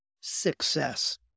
success